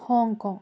Hong Kong